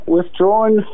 Withdrawn